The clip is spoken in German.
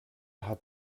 hat